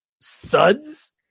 suds